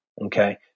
Okay